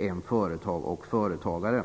än företag och företagare.